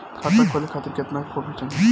खाता खोले खातिर केतना फोटो चाहीं?